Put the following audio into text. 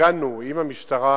ארגנו עם המשטרה